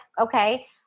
okay